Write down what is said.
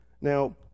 Now